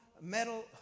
metal